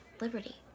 Liberty